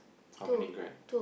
how many Grab